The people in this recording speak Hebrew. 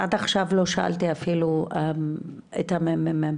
עד עכשיו לא שאלתי אפילו את הממ"מ.